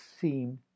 seem